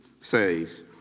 says